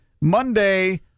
Monday